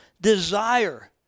desire